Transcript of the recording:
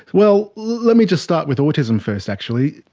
well, let me just start with autism first actually.